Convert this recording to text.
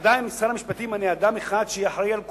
עדיין שר המשפטים ימנה אדם אחד שיהיה ממונה על כולם,